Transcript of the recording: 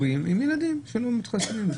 מדובר בהורים עם ילדים שלא מתחסנים.